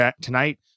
tonight